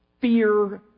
fear